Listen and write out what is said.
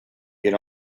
get